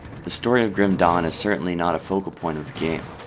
the story of grim dawn is certainly not a focal point of the game.